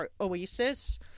oasis